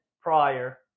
prior